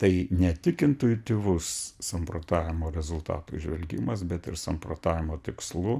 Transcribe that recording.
tai ne tik intuityvus samprotavimo rezultatų įžvelgimas bet ir samprotavimo tikslų